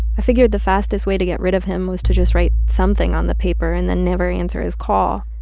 i figured the fastest way to get rid of him was to just write something on the paper and then never answer his call.